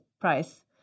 price